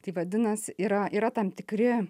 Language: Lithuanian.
tai vadinas yra yra tam tikri